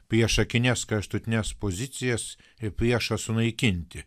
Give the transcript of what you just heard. priešakines kraštutines pozicijas ir priešą sunaikinti